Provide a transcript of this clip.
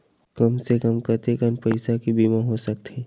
कम से कम कतेकन पईसा के बीमा हो सकथे?